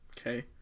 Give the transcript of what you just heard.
Okay